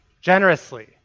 generously